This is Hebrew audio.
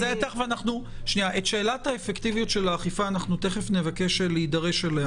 את שאלת האפקטיביות של האכיפה תכף נדרש אליה